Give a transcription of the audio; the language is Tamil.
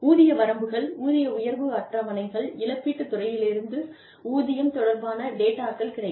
ஊதிய வரம்புகள் ஊதிய உயர்வு அட்டவணைகள் இழப்பீட்டுத் துறையிலிருந்து ஊதியம் தொடர்பான டேட்டாக்கள் கிடைக்கும்